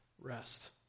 rest